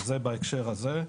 זה בהקשר הזה.